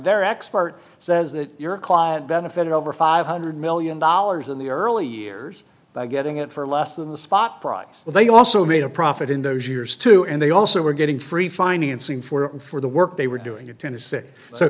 their expert says that your client benefited over five hundred million dollars in the early years by getting it for less than the spot price but they also made a profit in those years too and they also were getting free financing for it for the work they were doing in tennessee so